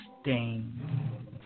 stain